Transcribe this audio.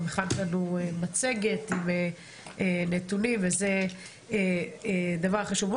גם הכנת לנו מצגת עם נתונים, וזה דבר חשוב.